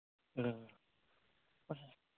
ꯑ ꯑꯁ